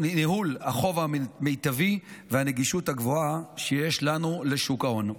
ניהול החוב המיטבי והנגישות הגבוהה שיש לנו לשוק ההון.